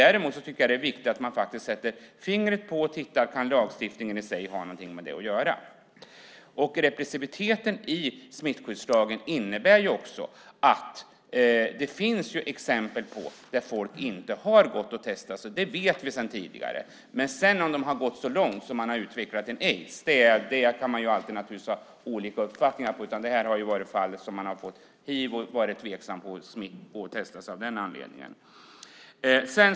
Däremot är det viktigt att man sätter fingret på det och tittar om lagstiftningen i sig kan ha något med det att göra. Repressiviteten i smittskyddslagen innebär också att det finns exempel där människor inte har gått och testat sig. Det vet vi sedan tidigare. Varför det sedan har gått så långt att de har utvecklat aids kan man ha olika uppfattningar om. Det förfaller som att man har fått hiv och varit tveksam om att gå och testa sig av den anledningen.